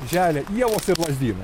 želia ievos ir lazdynai